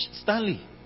Stanley